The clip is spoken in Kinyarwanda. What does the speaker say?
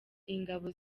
ingabo